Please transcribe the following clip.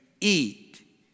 eat